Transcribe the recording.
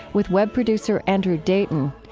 with web producer andrew dayton.